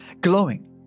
glowing